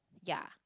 ya